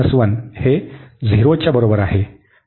तर x 2 आणि हे 0 च्या बरोबर आहे